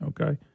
Okay